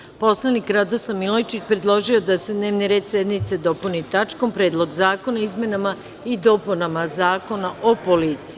Narodni poslanik Radoslav Milojičić predložio da se dnevni red sednice dopuni tačkom – Predlog zakona o izmenama i dopunama Zakona o policiji.